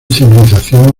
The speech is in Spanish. civilización